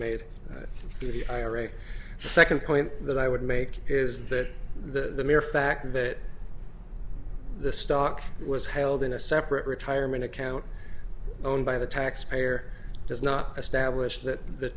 the second point that i would make is that the mere fact that the stock was held in a separate retirement account owned by the taxpayer does not establish that the